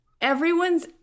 everyone's